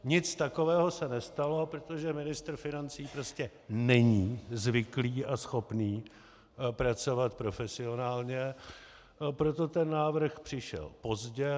Nic takového se nestalo, protože ministr financí prostě není zvyklý a schopný pracovat profesionálně, a proto ten návrh přišel pozdě.